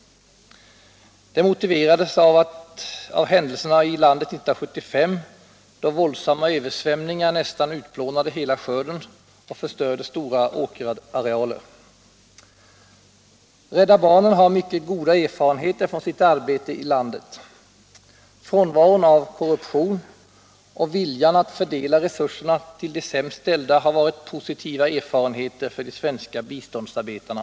Det motiverades av händelserna i landet 1975, då våldsamma översvämningar nästan utplånade hela skörden och förstörde stora åkerarealer. Rädda barnen har mycket goda erfarenheter från sitt arbete i landet. Frånvaron av korruption och viljan att fördela resurserna till de sämst ställda har varit positiva erfarenheter för de svenska biståndsarbetarna.